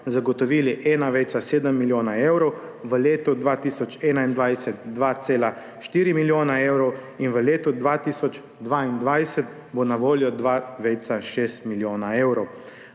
zagotovili 1,7 milijona evrov, v letu 2021 2,4 milijona evrov in v letu 2022 bo na voljo 2,6 milijona evrov.